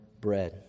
bread